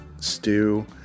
stew